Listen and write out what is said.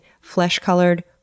flesh-colored